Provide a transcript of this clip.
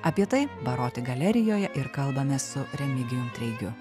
apie tai baroti galerijoje ir kalbamės su remigijum treigiu